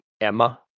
Emma